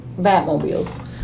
Batmobiles